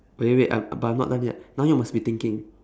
wait wait wait I'm but I'm not done yet now you must be thinking